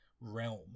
realm